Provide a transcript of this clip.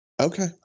Okay